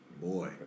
boy